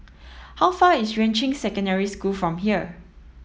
how far is Yuan Ching Secondary School from here